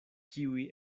kiuj